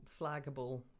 flaggable